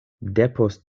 depost